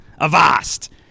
Avast